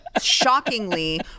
Shockingly